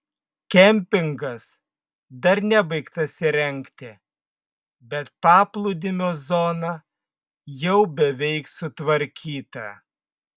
kempingas dar nebaigtas įrengti bet paplūdimio zona jau beveik sutvarkyta